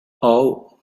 all